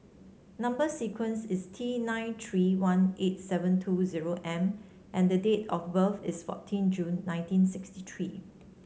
number sequence is T nine three one eight seven two zero M and the date of birth is fourteen June nineteen sixty three